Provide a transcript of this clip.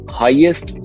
highest